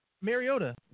Mariota